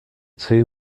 two